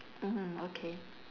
mmhmm okay